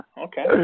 Okay